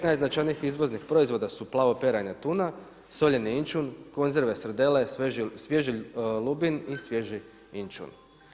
15 značajnih izvoznih proizvoda su plavo paranja tuna, soljeni inčun, konzerve srdele, svježi lubin i svježi inčun.